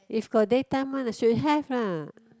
if got daytime one should have lah